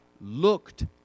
looked